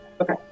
okay